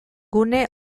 gune